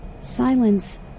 Silence